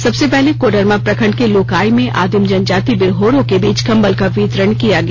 सबसे पहले कोडरमा प्रखंड के लोकाई में आदिम जनजाति बिरहोरों के बीच कंबल का वितरण किया गया